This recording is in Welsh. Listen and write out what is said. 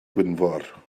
gwynfor